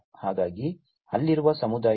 ಹಾಗಾಗಿ ಅಲ್ಲಿರುವ ಸಮುದಾಯ